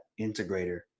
integrator